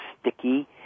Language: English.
sticky